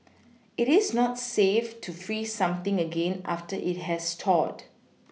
it is not safe to freeze something again after it has thawed